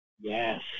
Yes